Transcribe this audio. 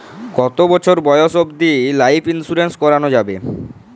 কতো বছর বয়স অব্দি লাইফ ইন্সুরেন্স করানো যাবে?